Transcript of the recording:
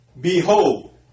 Behold